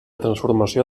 transformació